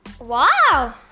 Wow